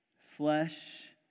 flesh